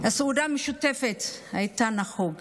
והסעודה משותפת הייתה נהוגה.